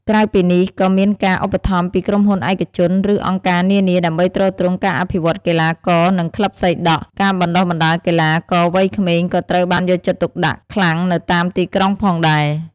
ក្រៅពីនេះ ក៏មានការ ឧបត្ថម្ភ ពីក្រុមហ៊ុនឯកជន ឬអង្គការនានា ដើម្បីទ្រទ្រង់ការអភិវឌ្ឍកីឡាករ និងក្លឹបសីដក់។ ការបណ្ដុះបណ្ដាលកីឡាករវ័យក្មេងក៏ត្រូវបានយកចិត្តទុកដាក់ខ្លាំងនៅតាមទីក្រុងផងដែរ។